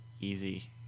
easy